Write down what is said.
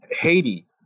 Haiti